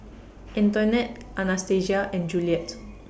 Antoinette Anastacia and Juliette